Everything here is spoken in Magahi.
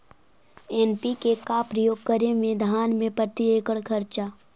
एन.पी.के का प्रयोग करे मे धान मे प्रती एकड़ खर्चा?